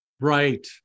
Right